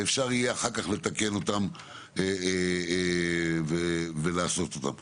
לתקן אותם ולעשות אותם.